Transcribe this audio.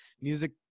music